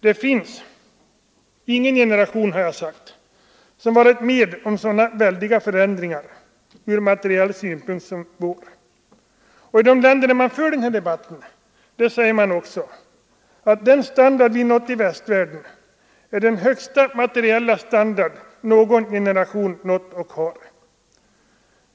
Jag har sagt att det inte finns någon generation som varit med om så väldiga förändringar ur materiell synpunkt som vår. I de länder där man för denna debatt säger man också, att den standard vi nått i västvärlden är den högsta materiella standard som någon generation kunnat uppnå.